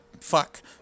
fuck